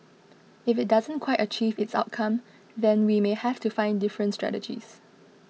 if it doesn't quite achieve its outcome then we may have to find different strategies